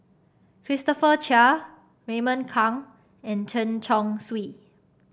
Christopher Chia Raymond Kang and Chen Chong Swee